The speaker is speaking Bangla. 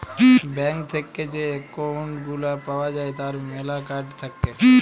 ব্যাঙ্ক থেক্যে যে একউন্ট গুলা পাওয়া যায় তার ম্যালা কার্ড থাক্যে